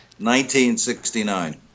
1969